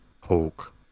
Hulk